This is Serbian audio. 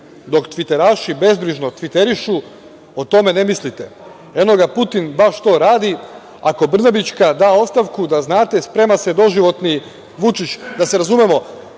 dok tviteraši bezbrižno tviterišu o tome ne mislite. Eno ga Putin, baš to radi, ako Brnabićka da ostavku, da znate sprema se doživotni Vučić. Da se razumemo,